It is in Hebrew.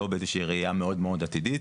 לא באיזה שהיא ראייה מאוד מאוד עתידית,